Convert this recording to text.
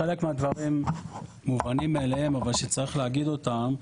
חלק מהדברים מובנים מאליהם אבל צריך להגיד אותם.